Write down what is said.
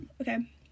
Okay